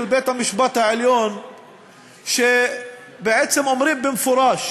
בית-המשפט העליון שבעצם אומרים במפורש